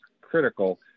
critical